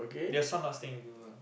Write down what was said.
your son not staying with you ah